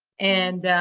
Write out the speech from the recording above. and